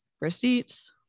receipts